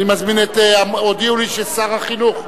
הודיעו לי ששר החינוך,